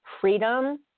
freedom